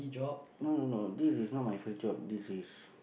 no no no this is not my first job this is